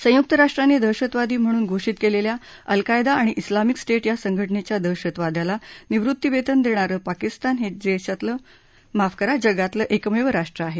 संयुक राष्ट्रांनी दहशतवादी म्हणून घोषित केलेल्या अलकायदा आणि उलामिक स्टेट या संघटनेच्या दहशतवाद्याला निवृत्ती वेतन देणारं पाकिस्तान हे जगातलं एकमेव राष्ट्र आहे